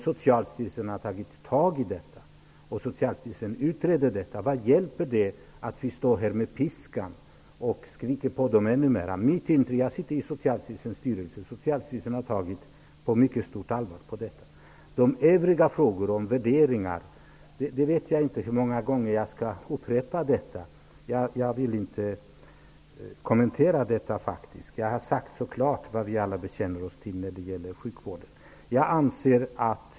Socialstyrelsen har tagit tag i detta. Man utreder det. Vad hjälper det att vi står här med piskan och skriker på dem ännu mera? Jag sitter i Socialstyrelsens styrelse. Socialstyrelsen har tagit detta på mycket stort allvar. Jag vet inte hur många gånger jag skall upprepa detta med värderingar. Jag vill inte kommentera det. Jag har sagt klart vad vi alla bekänner oss till när det gäller sjukvården.